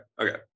Okay